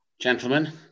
gentlemen